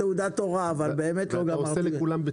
3,000 ₪ לחודש אבל זה יכול להגיע ל-3,500.